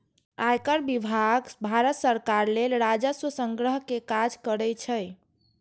आयकर विभाग भारत सरकार लेल राजस्व संग्रह के काज करै छै